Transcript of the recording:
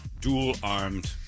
dual-armed